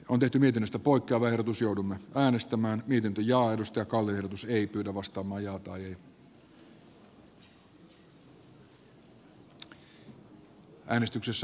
on täytynyt enosta poika verotus joudumme äänestämään niiden johdosta conley usa ei pyydä vasta mukaisen muutosehdotuksen